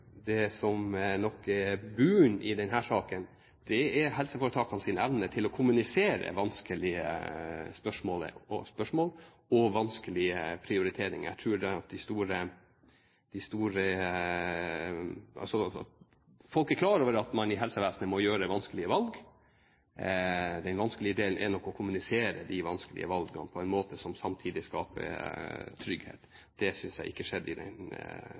Det som ligger i bunnen i denne saken, er helseforetakenes evne til å kommunisere vanskelige spørsmål og vanskelige prioriteringer. Folk er klar over at man i helsevesenet må gjøre vanskelige valg. Den vanskelige delen er nok å kommunisere de vanskelige valgene på en måte som samtidig skaper trygghet. Det synes jeg ikke skjedde i denne situasjon, men jeg synes statsråden nå på en grei måte har kommunisert at man vil vektlegge den